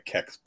Kex